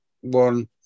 one